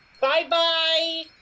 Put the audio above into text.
Bye-bye